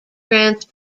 grants